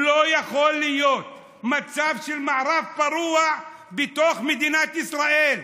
לא יכול להיות מצב של מערב פרוע בתוך מדינת ישראל.